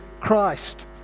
Christ